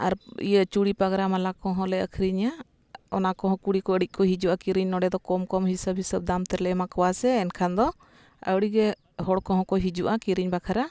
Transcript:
ᱟᱨ ᱤᱭᱟᱹ ᱪᱩᱲᱤ ᱯᱟᱜᱽᱨᱟ ᱢᱟᱞᱟ ᱠᱚᱦᱚᱸ ᱞᱮ ᱟᱹᱠᱷᱨᱤᱧᱟ ᱚᱱᱟ ᱠᱚᱦᱚᱸ ᱠᱩᱲᱤ ᱠᱚ ᱟᱰᱤ ᱠᱚ ᱦᱤᱡᱩᱜᱼᱟ ᱠᱤᱨᱤᱧ ᱱᱚᱰᱮ ᱫᱚ ᱠᱚᱢ ᱠᱚᱢ ᱦᱤᱸᱥᱟᱹᱵᱽ ᱦᱤᱸᱥᱟᱹᱵᱽ ᱫᱟᱢ ᱛᱮᱞᱮ ᱮᱢᱟ ᱠᱚᱣᱟ ᱥᱮ ᱮᱱᱠᱷᱟᱱ ᱫᱚ ᱟᱹᱣᱲᱤ ᱜᱮ ᱦᱚᱲ ᱠᱚᱦᱚᱸ ᱠᱚ ᱦᱤᱡᱩᱜᱼᱟ ᱠᱤᱨᱤᱧ ᱵᱟᱠᱷᱨᱟ